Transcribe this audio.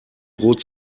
droht